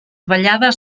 ballades